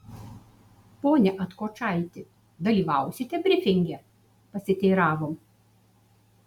pone atkočaiti dalyvausite brifinge pasiteiravom